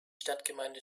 stadtgemeinde